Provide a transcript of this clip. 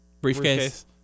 briefcase